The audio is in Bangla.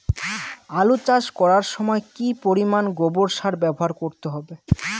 আলু চাষ করার সময় কি পরিমাণ গোবর সার ব্যবহার করতে হবে?